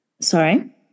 Sorry